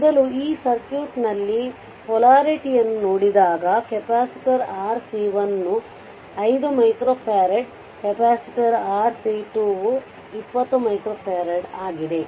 ಮೊದಲು ಈ ಸರ್ಕ್ಯೂಟ್ನಲ್ಲಿ ಪೊಲಾರಿಟಿಯನ್ನು ನೋಡಿದಾಗ ಕೆಪಾಸಿಟರ್ RC1ವು 5 ಮೈಕ್ರೋಫರಾಡ್ ಕೆಪಾಸಿಟರ್ RC2 ವು 20 ಮೈಕ್ರೋಫರಾಡ್ಆಗಿದೆ